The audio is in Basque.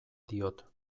diot